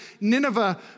Nineveh